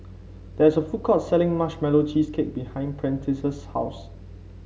there is a food court selling Marshmallow Cheesecake behind Prentice's house